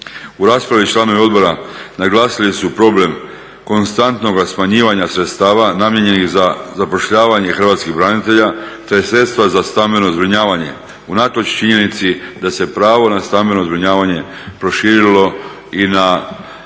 U raspravi članovi odbora naglasili su problem konstantnoga smanjivanja sredstava namijenjenih za zapošljavanje hrvatskih branitelja te sredstva za stambeno zbrinjavanje unatoč činjenici da se pravo na stambeno zbrinjavanje proširilo i na branitelje